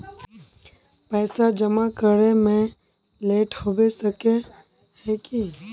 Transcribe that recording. पैसा जमा करे में लेट होबे सके है की?